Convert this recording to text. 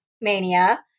Mania